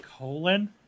colon